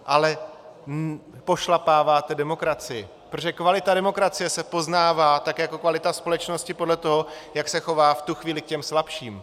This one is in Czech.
Ale pošlapáváte demokracii, protože kvalita demokracie se poznává tak jako kvalita společnosti podle toho, jak se chová v tu chvíli ke slabším.